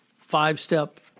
five-step